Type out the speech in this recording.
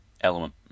Element